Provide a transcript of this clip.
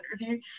interview